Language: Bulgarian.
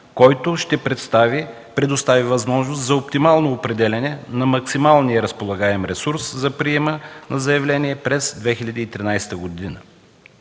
който ще предостави възможност за оптимално определяне на максимално разполагаемия ресурс за приема на заявление през 2013 г.,